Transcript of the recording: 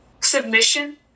submission